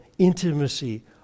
Intimacy